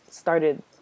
Started